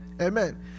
Amen